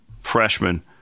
freshman